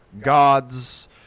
gods